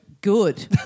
good